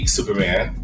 Superman